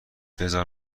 بزار